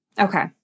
Okay